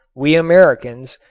we americans,